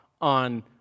on